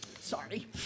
Sorry